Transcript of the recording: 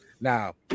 Now